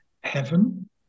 heaven